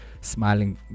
smiling